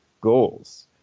goals